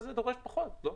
נכון.